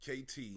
KT